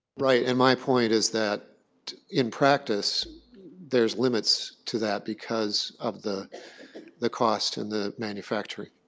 right, and my point is that in practice there's limits to that because of the the cost and the manufacturing.